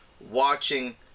watching